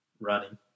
running